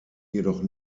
jedoch